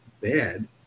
bad